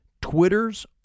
Twitter's